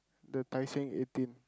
the Tai Seng eighteen